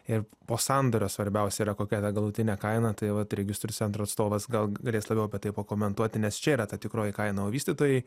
ir po sandorio svarbiausia yra kokia ta galutinė kaina tai vat registrų centro atstovas gal galės labiau apie tai pakomentuoti nes čia yra ta tikroji kaina o vystytojai